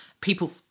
People